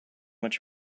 much